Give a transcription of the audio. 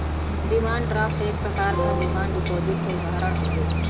demand draft एक प्रकार क डिमांड डिपाजिट क उदाहरण हउवे